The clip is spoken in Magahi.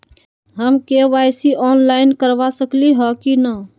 हम के.वाई.सी ऑनलाइन करवा सकली ह कि न?